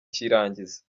cy’irangiza